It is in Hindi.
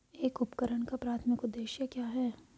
एक उपकरण का प्राथमिक उद्देश्य क्या है?